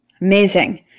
Amazing